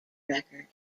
record